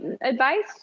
advice